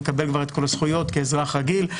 יקבל כבר את כל הזכויות כאזרח רגיל.